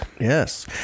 Yes